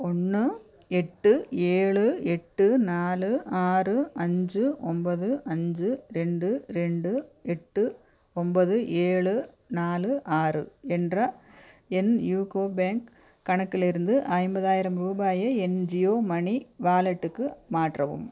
ஒன்று எட்டு ஏழு எட்டு நாலு ஆறு அஞ்சு ஒன்பது அஞ்சு ரெண்டு ரெண்டு எட்டு ஒன்பது ஏழு நாலு ஆறு என்ற என் யூகோ பேங்க் கணக்கில் இருந்து ஐம்பதாயிரம் ரூபாயை என் ஜியோ மணி வாலெட்டுக்கு மாற்றவும்